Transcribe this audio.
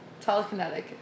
Telekinetic